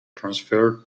transferred